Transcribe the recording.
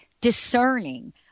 discerning